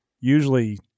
usually